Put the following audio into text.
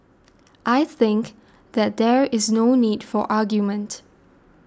I think that there is no need for argument